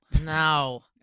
No